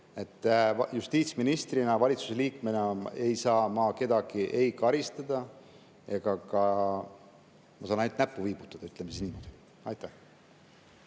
Justiitsministrina, valitsuse liikmena ei saa ma kedagi karistada. Ma saan ainult näppu viibutada, ütleme